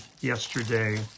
yesterday